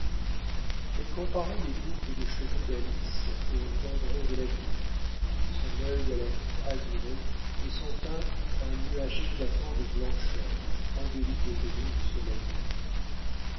elles comparaient les boucles de cheveux d'alice aux tendrons de la vigne son œil à la voûte azurée et son teint à un nuage éclatant de blancheur embelli des rayons du soleil levant